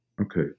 Okay